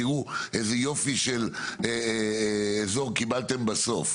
תראו איזה יופי של אזור קיבלתם בסוף.